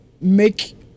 make